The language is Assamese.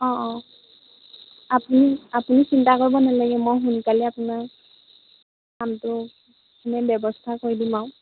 অঁ অঁ আপুনি আপুনি চিন্তা কৰিব নালাগে মই সোনকালে আপোনাৰ কামটো মানে ব্যৱস্থা কৰি দিম আৰু